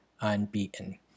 unbeaten